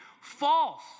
false